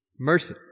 Mercy